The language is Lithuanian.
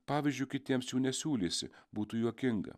pavyzdžiu kitiems jų nesiūlysi būtų juokinga